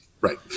Right